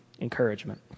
Encouragement